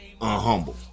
unhumble